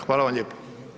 Hvala vam lijepo.